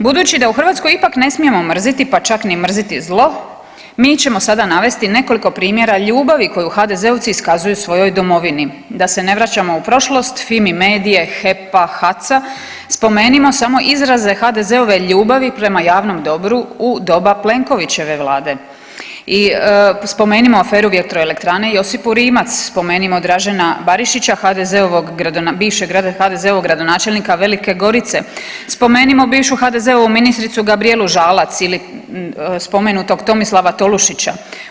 Budući da u Hrvatskoj ipak ne smijemo mrziti pa čak ni mrziti zlo mi ćemo sada navesti nekoliko primjera ljubavi koju HDZ-ovci iskazuju svojoj domovini, da se ne vraćamo u prošlost FIMI Medije, HEP-a, HAC-a spomenimo samo izraze HDZ-ove ljubavi prema javnom dobru u doba Plenkovićeve vlade i spomenimo aferu Vjetroelektrane Josipu Rimac, spomenimo Dražena Barišića bivšeg HDZ-ovog gradonačelnika Velike Gorice, spomenimo bivšu HDZ-ovu ministricu Gabrijelu Žalac ili spomenutog Tomislava Tolušića.